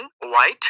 White